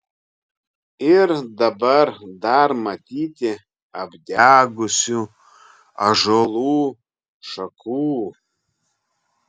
ir dabar dar matyti apdegusių ąžuolų šakų